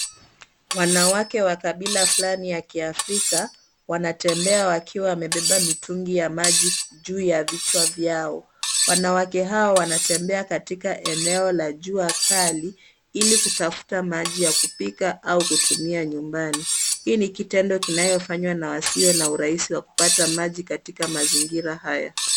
Wanawake wa kabila fulani ya kiafrika, wanatembea wakiwa wamebeba mitungi ya maji juu ya vichwa vyao. Wanawake hao wanatembea katika eneo la jua kali, ili kutafuta maji ya kupika au kutumia nyumbani. Hii ni kitendo kinayofanywa na wasio na urahisi wa kupata maji katika mazingira haya.